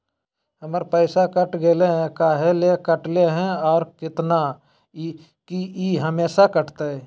हमर पैसा कट गेलै हैं, काहे ले काटले है और कितना, की ई हमेसा कटतय?